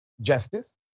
justice